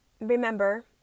remember